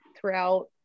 throughout